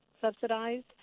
subsidized